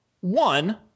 One